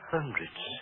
Hundreds